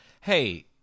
hey